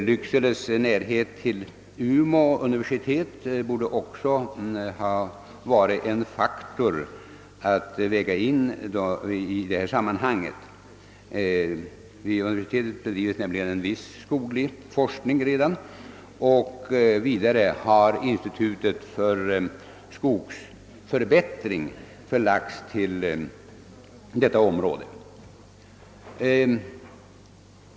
Lyckseles närhet till Umeå universitet borde också ha varit en faktor av betydelse. Vid universitetet bedrivs nämligen redan en viss skoglig forskning. Vidare har institutet för skogsförbättring förlagts till detta område.